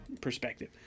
perspective